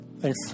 Thanks